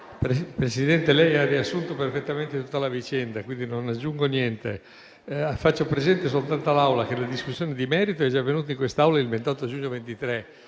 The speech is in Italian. Presidente, lei ha riassunto perfettamente tutta la vicenda e, quindi, non aggiungo nulla. Faccio soltanto presente all'Assemblea che la discussione di merito è già avvenuta in quest'Aula il 28 giugno 2023,